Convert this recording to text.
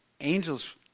angels